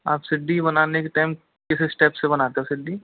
आप सीढ़ी बनाने के टाइम किस स्टेप से बनाते हो सीढ़ी